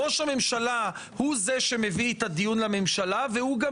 ראש הממשלה הוא זה שמביא את הדיון לממשלה והוא גם